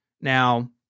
Now